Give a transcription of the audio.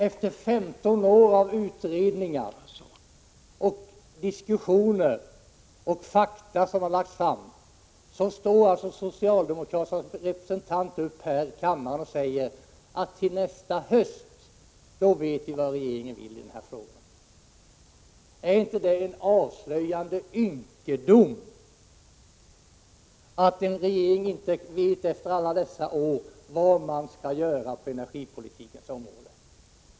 Efter 15 år av utredningar, diskussioner och framlagda fakta står alltså socialdemokraternas representant här i kammaren och säger att till nästa höst vet vi vad regeringen villi den här frågan. Är inte det en avslöjande ynkedom att regeringen efter alla dessa år inte vet vad man skall göra på energipolitikens område?